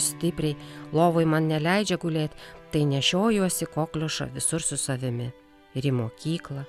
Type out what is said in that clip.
stipriai lovoj man neleidžia gulėt tai nešiojuosi kokliušą visur su savimi ir į mokyklą